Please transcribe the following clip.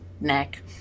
neck